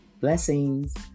Blessings